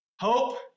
Hope